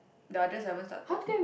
the others I haven't started